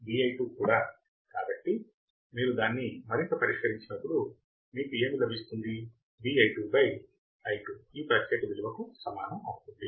V i2 కూడా కాబట్టి మీరు దాన్ని మరింత పరిష్కరించినప్పుడు మీకు ఏమి లభిస్తుంది Vi2 i2 ఈ ప్రత్యేక విలువకు సమానం అవుతుంది